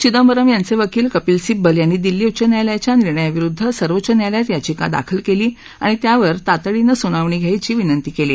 चिदंबरम यांचे वकील कपील सिब्बल यांनी दिल्ली उच्च न्यायालयाच्या निर्णयाविरुद्ध सर्वोच्च न्यायालयात याचिका दाखल केली आणि त्यावर तातडीनं सुनावणी घ्यायची विनंती केली